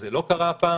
זה לא קרה הפעם.